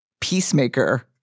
peacemaker